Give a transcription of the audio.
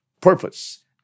purpose